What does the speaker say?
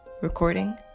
Recording